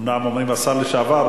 אומנם אומרים השר לשעבר,